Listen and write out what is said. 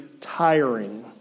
tiring